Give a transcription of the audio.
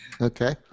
Okay